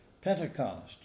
Pentecost